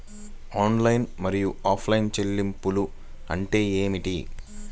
Online మరియు offline చెల్లింపులు అంటే ఏమిటి?